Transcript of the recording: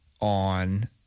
on